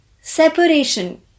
separation